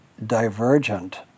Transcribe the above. divergent